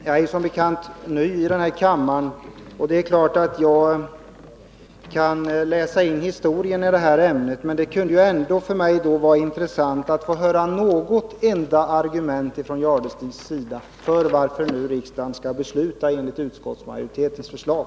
Herr talman! Jag är som bekant ny i kammaren, och det är klart att jag kan läsa in historiken i det här ämnet. Men det kunde ändå för mig vara intressant att få höra något enda argument från Thure Jadestig varför riksdagen nu skall besluta enligt utskottsmajoritetens förslag.